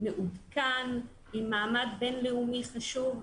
מעודכן עם מעמד בין-לאומי חשוב,